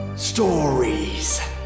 Stories